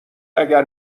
اگر